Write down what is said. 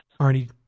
Arnie